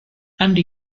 andy